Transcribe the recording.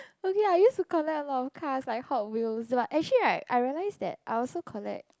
okay I use to collect a lot of cars like Hot Wheels but actually right I realise that I also collect